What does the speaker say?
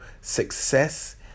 success